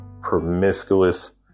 promiscuous